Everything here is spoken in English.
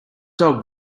dog